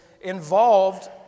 involved